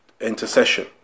intercession